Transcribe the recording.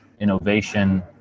innovation